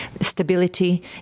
stability